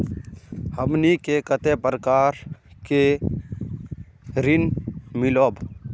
हमनी के कते प्रकार के ऋण मीलोब?